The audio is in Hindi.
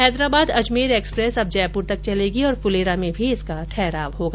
हैदराबाद अजमेर एक्सप्रेस अब जयपुर तक चलेगी और फुलेरा में भी इसका ठहराव होगा